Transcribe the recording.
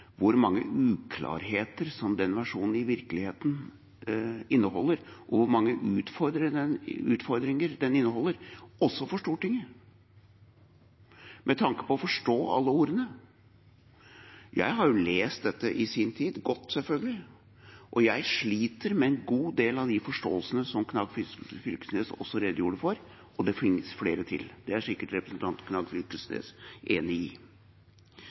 hvor mange uklarheter den versjonen i virkeligheten inneholder, og hvor mange utfordringer den inneholder, også for Stortinget, med tanke på å forstå alle ordene. Jeg har jo lest dette i sin tid – godt, selvfølgelig – og jeg sliter med en god del av de forståelsene som Knag Fylkesnes også redegjorde for, og det finnes flere til. Det er sikkert representanten Knag Fylkesnes enig i.